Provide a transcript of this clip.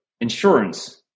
insurance